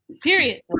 period